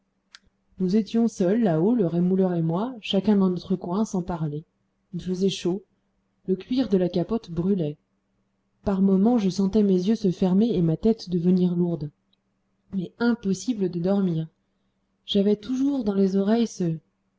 nous étions seuls là-haut le rémouleur et moi chacun dans notre coin sans parler il faisait chaud le cuir de la capote brûlait par moments je sentais mes yeux se fermer et ma tête devenir lourde mais impossible de dormir j'avais toujours dans les oreilles ce